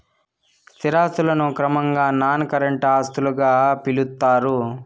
స్థిర ఆస్తులను క్రమంగా నాన్ కరెంట్ ఆస్తులుగా పిలుత్తారు